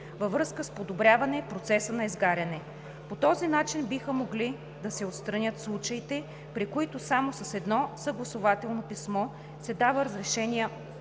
във връзка с подобряване процеса на изгаряне. По този начин биха могли да се отстранят случаите, при които само с едно съгласувателно писмо се дава разрешение